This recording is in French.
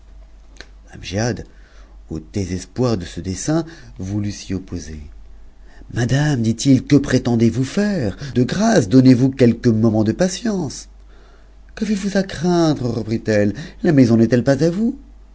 amgiad au désespoir de ce dessein voulut s'y opposer madame tiif if que prétendez-vous faire de grâce donnez-vous quelques t m ul'nts de patience qu'avez-vous à craindre reprit el c la maison hcst effe pas à vous